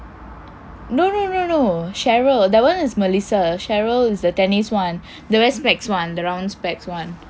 no no no cheryl that [one] is melissa cheryl is the tennis [one] the wear specs [one] the round specs [one]